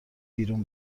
بیرون